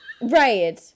Right